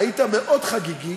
היית מאוד חגיגי,